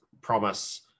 promise